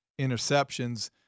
interceptions